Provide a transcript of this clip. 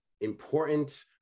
important